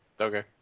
Okay